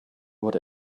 what